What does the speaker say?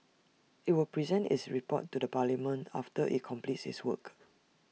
IT will present its report to parliament after IT completes its work